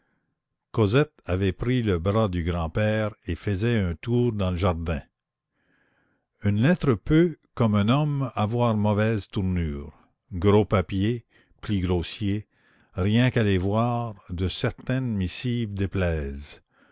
cosette avait pris le bras du grand-père et faisait un tour dans le jardin une lettre peut comme un homme avoir mauvaise tournure gros papier pli grossier rien qu'à les voir de certaines missives déplaisent